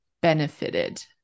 benefited